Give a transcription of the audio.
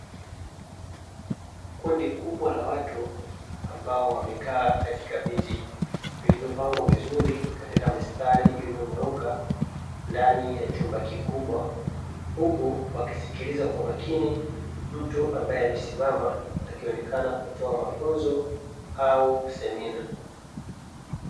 Kundi kubwa la watu ambao wamekaa katika viti vilivyopangwa vizuri katika mistari iliyonyooka ndani ya chumba kikubwa; huku wakisikiliza kwa makini mtu ambaye amesimama akionekana kutoa mafunzo au semina.